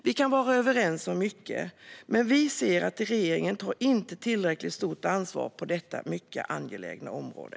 Vi kan vara överens om mycket, men Moderaterna anser att regeringen inte tar tillräckligt stort ansvar på detta mycket angelägna område.